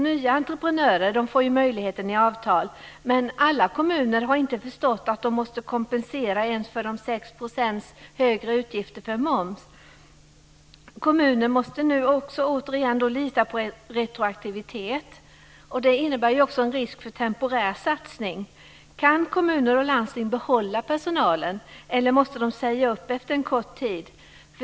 Nya entreprenörer får ju möjligheten i avtal, men alla kommuner har inte förstått att de måste kompensera ens för de 6 % högre utgifterna för moms. Kommunen måste nu också återigen lita på retroaktivitet, och det innebär ju också en risk för temporär satsning. Kan kommuner och landsting behålla personalen, eller måste de säga upp efter en kort tid?